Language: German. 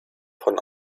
von